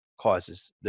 causes